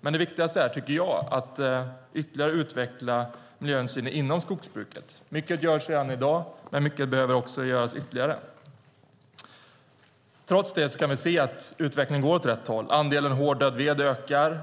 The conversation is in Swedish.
Men det viktigaste är, tycker jag, att ytterligare utveckla miljöhänsynen inom skogsbruket. Mycket görs redan i dag, men mycket behöver också göras ytterligare. Trots det kan vi se att utvecklingen går åt rätt håll. Andelen hård död ved ökar.